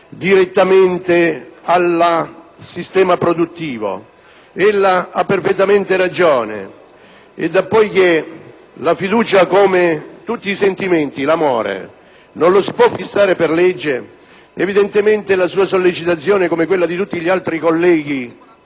direttamente al sistema produttivo. Ella ha perfettamente ragione e poiché la fiducia, come tutti i sentimenti, come l'amore, non si possono fissare per legge, evidentemente la sua sollecitazione, come quella degli altri colleghi